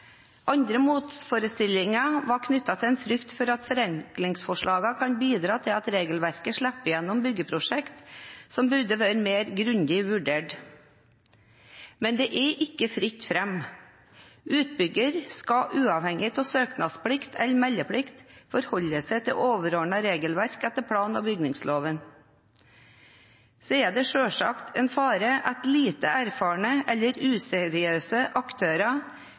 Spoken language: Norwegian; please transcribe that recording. Andre motforestillinger var knyttet til en frykt for at forenklingsforslagene kan bidra til at regelverket slipper gjennom byggeprosjekt som burde vært mer grundig vurdert. Men det er ikke fritt fram. Utbygger skal uavhengig av søknadsplikt eller meldeplikt forholde seg til overordnede regelverk etter plan- og bygningsloven. Det er selvsagt en fare at lite erfarne eller useriøse aktører